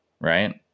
right